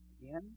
again